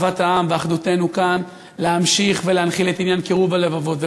אהבת העם ואחדותנו כאן: להמשיך ולהנחיל את עניין קירוב הלבבות.